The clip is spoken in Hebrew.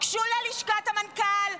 גשו ללשכת המנכ"ל,